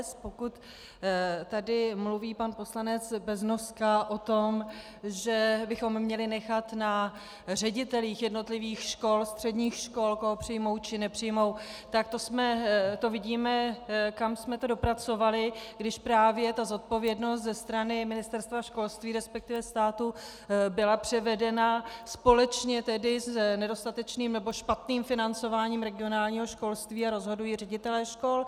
Pokud tady mluví pan poslanec Beznoska o tom, že bychom měli nechat na ředitelích jednotlivých středních škol, koho přijmou či nepřijmou, tak to vidíme, kam jsme to dopracovali, když právě ta zodpovědnost ze strany Ministerstva školství, resp. státu, byla převedena společně s nedostatečným nebo špatným financováním regionálního školství a rozhodují ředitelé škol.